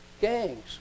gangs